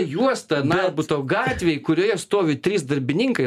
juosta narbuto gatvėje kurioje stovi trys darbininkai